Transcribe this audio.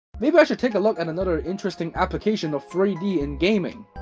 maybe i should take a look at another interesting application of three d in gaming.